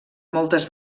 moltes